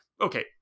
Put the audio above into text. Okay